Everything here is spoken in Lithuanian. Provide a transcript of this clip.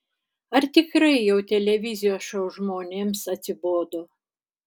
ar tikrai jau televizijos šou žmonėms atsibodo